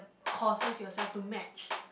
courses yourself to match